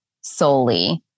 solely